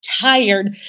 tired